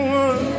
one